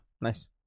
Nice